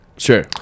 Sure